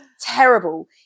terrible